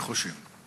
נחושים.